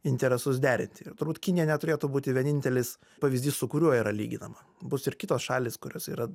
interesus derinti ir turbūt kinija neturėtų būti vienintelis pavyzdys su kuriuo yra lyginama bus ir kitos šalys kurios yra